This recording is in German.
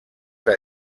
der